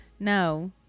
No